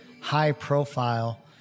high-profile